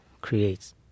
creates